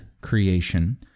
creation